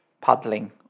paddling